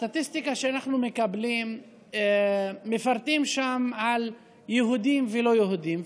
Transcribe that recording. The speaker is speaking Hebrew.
בסטטיסטיקה שאנחנו מקבלים מפרטים על יהודים ולא יהודים.